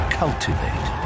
cultivate